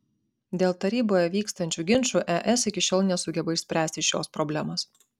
dėl taryboje vykstančių ginčų es iki šiol nesugeba išspręsti šios problemos